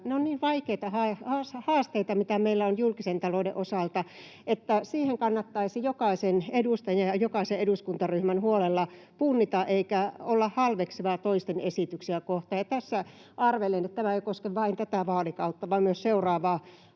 ne ovat niin vaikeita haasteita, mitä meillä on julkisen talouden osalta, että niitä kannattaisi jokaisen edustajan ja jokaisen eduskuntaryhmän huolella punnita eikä olla halveksiva toisten esityksiä kohtaan. [Antti Lindtman: Kyllä!] Ja tässä arvelen, että tämä ei koske vain tätä vaalikautta vaan myös seuraavaa